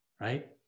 right